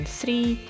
three